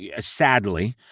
sadly